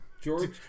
George